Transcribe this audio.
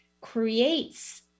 creates